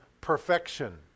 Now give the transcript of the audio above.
perfection